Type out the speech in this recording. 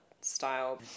style